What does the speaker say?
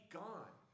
gone